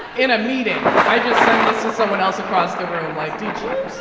in a meeting. i just send this to someone else across the room like, did you see.